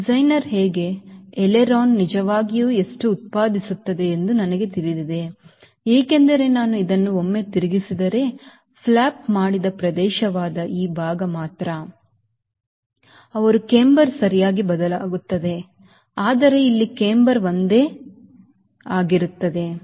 designer ಹೇಗೆ aileron ನಿಜವಾಗಿಯೂ ಎಷ್ಟು ಉತ್ಪಾದಿಸುತ್ತದೆ ಎಂದು ನನಗೆ ತಿಳಿದಿದೆ ಏಕೆಂದರೆ ನಾನು ಇದನ್ನು ಒಮ್ಮೆ ತಿರುಗಿಸಿದರೆ ಫ್ಲಾಪ್ ಮಾಡಿದ ಪ್ರದೇಶವಾದ ಈ ಭಾಗ ಮಾತ್ರ ಅವರ ಕ್ಯಾಂಬರ್ ಸರಿಯಾಗಿ ಬದಲಾಗುತ್ತದೆ ಆದರೆ ಇಲ್ಲಿ ಕ್ಯಾಂಬರ್ ಒಂದೇ ಆಗಿರುತ್ತದೆ